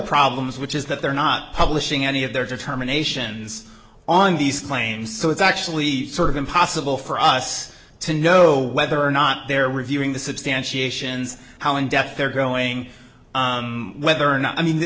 problems which is that they're not publishing any of their determination on these claims so it's actually sort of impossible for us to know whether or not they're reviewing the substantiations how and death they're growing whether or not i mean